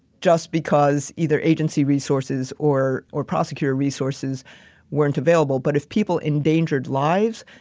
just because either agency resources or, or prosecutor resources weren't available but if people endangered lives,